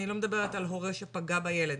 אני לא מדברת על הורה שפגע בילד.